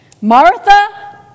Martha